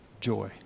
joy